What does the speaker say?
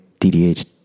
DDH